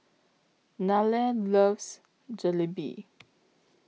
Nella loves Jalebi